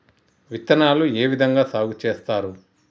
విత్తనాలు ఏ విధంగా సాగు చేస్తారు?